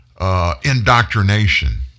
indoctrination